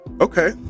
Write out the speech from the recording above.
Okay